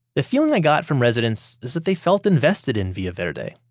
the feeling i got from residents is that they felt invested in villa verde.